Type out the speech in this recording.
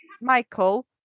Michael